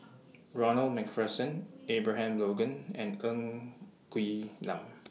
Ronald MacPherson Abraham Logan and Ng Quee Lam